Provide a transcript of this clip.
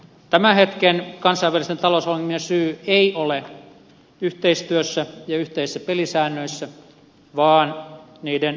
tämän hetken kansainvälisten talousongelmien syy ei ole yhteistyössä ja yhteisissä pelisäännöissä vaan niiden puutteessa